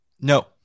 no